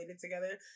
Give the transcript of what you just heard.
together